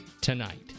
tonight